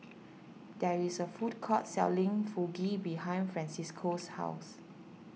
there is a food court selling Fugu behind Francisco's house